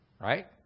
right